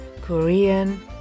Korean